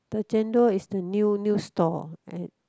the Chendol is the new new stall I